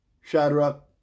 Shadrach